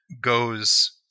goes